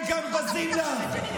הם גם בזים לך.